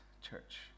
church